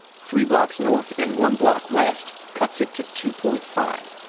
three blocks north and one block west cuts it to two point five.